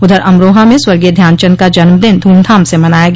उधर अमरोहा में स्वर्गीय ध्यान चंद का जन्म दिन धूमधाम से मनाया गया